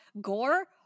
Gore